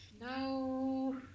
No